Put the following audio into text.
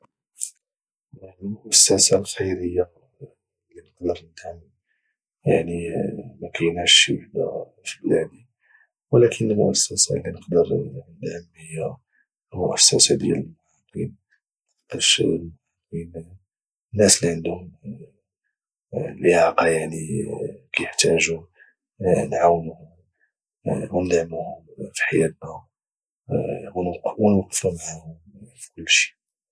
المؤسسه الخيريه اللي نقدر ندعم يعني ما كايناش شي وحده في بلادي ولكن المؤسسه اللي نقدر ندعم هي المؤسسه ديال المعاقين لحقاش المعاقين الناس اللي عندهم الاعاقه يعني كيحتاجوا ونعاونهم وندعموهم في حياتنا او نوقفو معهم فكلشي